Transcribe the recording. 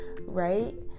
right